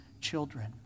children